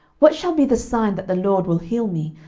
what shall be the sign that the lord will heal me,